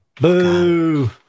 Boo